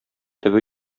төбе